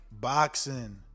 Boxing